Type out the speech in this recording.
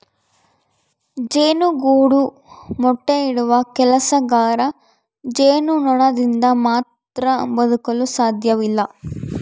ಜೇನುಗೂಡು ಮೊಟ್ಟೆ ಇಡುವ ಕೆಲಸಗಾರ ಜೇನುನೊಣದಿಂದ ಮಾತ್ರ ಬದುಕಲು ಸಾಧ್ಯವಿಲ್ಲ